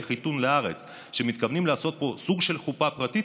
חיתון שמתכוונים לעשות פה סוג של חופה פרטית,